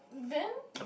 then